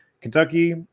Kentucky